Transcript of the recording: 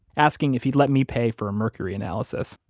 asking if he'd let me pay for a mercury analysis,